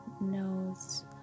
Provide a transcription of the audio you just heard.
Knows